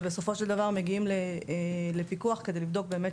ובסופו של דבר מגיעים לפיקוח כדי לבדוק שבאמת